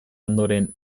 ondoren